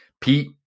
Pete